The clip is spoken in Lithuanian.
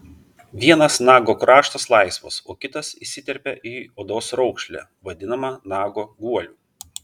vienas nago kraštas laisvas o kitas įsiterpia į odos raukšlę vadinamą nago guoliu